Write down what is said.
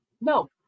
No